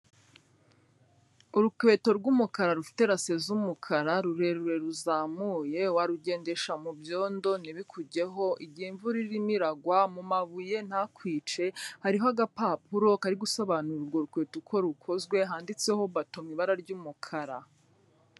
Urukweto rw'umukara rufite rase z'umukara rurerure ruzamuye warugendesha mu byondo ntibikugeho igihe imvura irimo iragwa, mu mabuye ntakwice, hariho agapapuro kari gusobanura urwo rukweto uko rukozwe handitseho bato mu ibara ry'umukara.